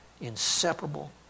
inseparable